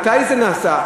מתי זה נעשה?